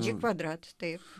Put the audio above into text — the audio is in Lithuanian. džik kvadrato taip